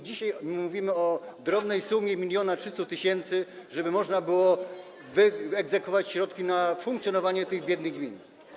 Dzisiaj mówimy o drobnej sumie 1300 tys., żeby można było wyegzekwować środki na funkcjonowanie tych biednych gmin.